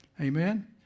Amen